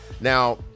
Now